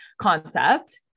concept